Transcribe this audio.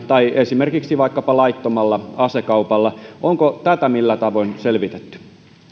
tai esimerkiksi laittomalla asekaupalla onko tätä millä tavoin selvitetty